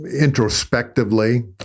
introspectively